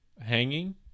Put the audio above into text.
hanging